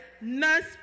nurse